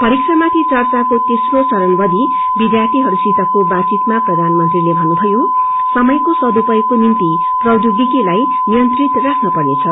परीक्षामाथि चर्चाको तेम्रो चरण अवधि विध्यार्गीहरूसितका बातचितमा प्रधानमंत्रीले भन्नुभयो समयको सदुपयोगको निम्ति टेकनोलोजि लाइ नियंत्रित राख्न पर्नेछ